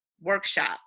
workshop